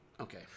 Okay